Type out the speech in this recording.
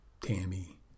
Tammy